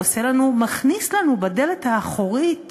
הוא מכניס לנו בדרך האחורית